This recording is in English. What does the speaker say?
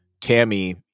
Tammy